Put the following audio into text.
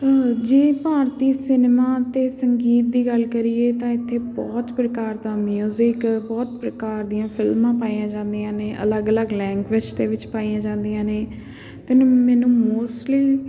ਜੇ ਭਾਰਤੀ ਸਿਨਮਾ ਅਤੇ ਸੰਗੀਤ ਦੀ ਗੱਲ ਕਰੀਏ ਤਾਂ ਇੱਥੇ ਬਹੁਤ ਪ੍ਰਕਾਰ ਦਾ ਮਿਊਜ਼ਿਕ ਬਹੁਤ ਪ੍ਰਕਾਰ ਦੀਆਂ ਫਿਲਮਾਂ ਪਾਈਆਂ ਜਾਂਦੀਆਂ ਨੇ ਅਲੱਗ ਅਲੱਗ ਲੈਂਗੁਏਜ ਦੇ ਵਿੱਚ ਪਾਈਆਂ ਜਾਂਦੀਆਂ ਨੇ ਅਤੇ ਮ ਮੈਨੂੰ ਮੋਸਟਲੀ